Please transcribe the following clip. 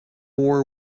war